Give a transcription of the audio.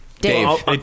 Dave